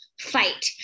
fight